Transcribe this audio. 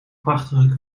prachtige